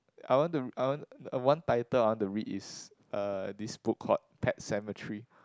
I want to I want to one title I want to read is uh this book called Pet-Sematary